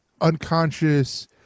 unconscious